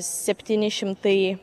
septyni šimtai